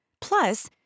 Plus